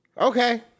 Okay